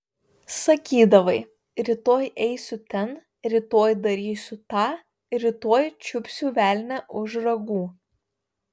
sakydavai rytoj eisiu ten rytoj darysiu tą rytoj čiupsiu velnią už ragų